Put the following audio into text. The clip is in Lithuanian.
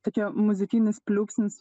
tokia muzikinis pliūpsnis